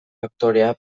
aktorea